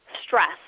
stress